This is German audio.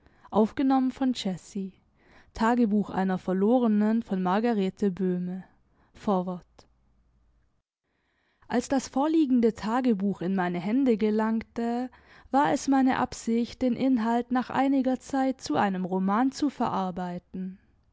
vorwort als das vorliegende tagebuch in meine hände gelangte war es meine absicht den inhalt nach einiger zeit zu einem roman zu verarbeiten